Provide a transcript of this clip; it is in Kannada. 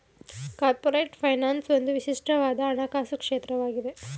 ಕಾರ್ಪೊರೇಟ್ ಫೈನಾನ್ಸ್ ಒಂದು ವಿಶಿಷ್ಟವಾದ ಹಣಕಾಸು ಕ್ಷೇತ್ರವಾಗಿದೆ